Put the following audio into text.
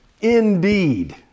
indeed